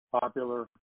Popular